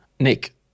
Nick